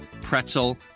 pretzel